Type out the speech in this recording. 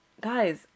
Guys